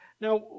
Now